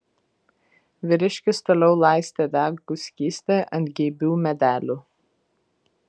vyriškis toliau laistė degų skystį ant geibių medelių